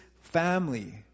family